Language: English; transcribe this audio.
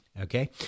Okay